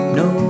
no